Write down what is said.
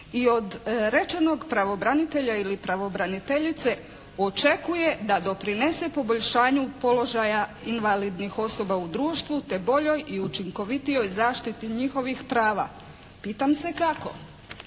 i od rečenog pravobranitelja ili pravobraniteljice očekuje da doprinese poboljšanju položaja invalidnih osoba u društvu te boljoj i učinkovitijoj zaštiti njihovih prava. Pitam se kako?